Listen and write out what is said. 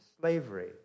slavery